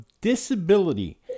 Disability